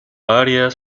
arias